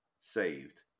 saved